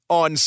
on